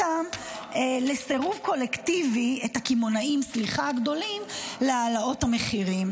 את הקמעונאים הגדולים לסירוב קולקטיבי להעלאות המחירים.